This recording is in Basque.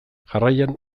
jarraian